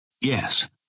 Yes